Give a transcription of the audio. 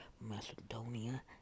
Macedonia